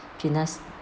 fitness